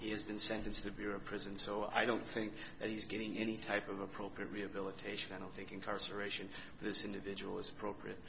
he has been sentenced to be a prison so i don't think that he's getting any type of appropriate rehabilitation i don't think incarceration this individual is appropriate